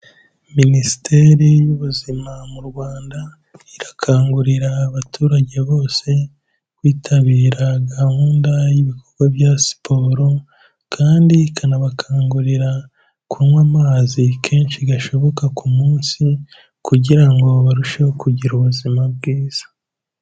Minisiteri y'ubuzima mu Rwanda, irakangurira abaturage bose, kwitabira gahunda y'ibikorwa bya siporo kandi ikanabakangurira kunywa amazi kenshi gashoboka ku munsi kugira ngo barusheho kugira ubuzima bwiza.